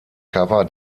cover